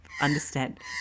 understand